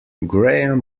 graham